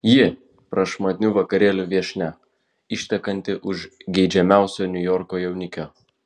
ji prašmatnių vakarėlių viešnia ištekanti už geidžiamiausio niujorko jaunikio